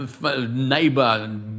neighbor